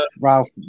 Ralph